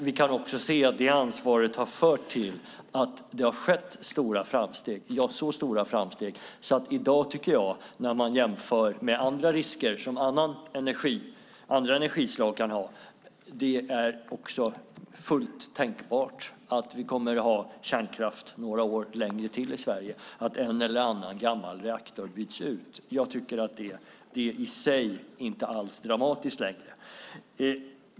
Vi kan också se att det ansvaret har fört till stora framsteg - så stora framsteg att det när man i dag jämför med de risker som andra energislag kan medföra är fullt tänkbart att vi kommer att ha kärnkraft några år till i Sverige och att en eller annan gammal reaktor byggs ut. Det är i sig inte alls dramatiskt längre.